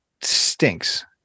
stinks